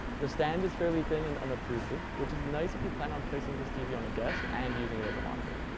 the stand is fairly thin and unobtrusive, which is nice if you plan on placing this tv on a desk and using it as a monitor.